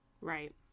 Right